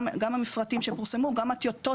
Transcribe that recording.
גם את המפרטים שפורסמו וגם את הטיוטות